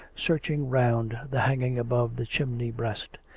searching round the hanging above the chimney-breast.